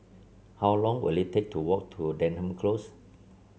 how long will it take to walk to Denham Close